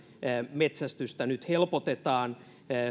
metsästystä nyt helpotetaan